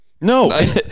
No